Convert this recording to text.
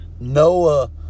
Noah